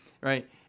Right